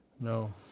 No